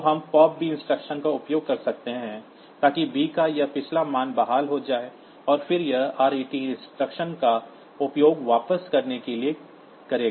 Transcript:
तो हम pop b instruction का उपयोग करते हैं ताकि b का यह पिछला मान बहाल हो जाए और फिर यह RET इंस्ट्रक्शन का उपयोग वापस करने के लिए करेगा